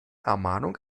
ermahnung